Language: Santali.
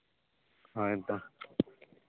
ᱦᱳᱭ ᱛᱚ